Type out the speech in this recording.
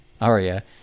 aria